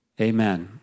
Amen